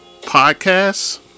Podcasts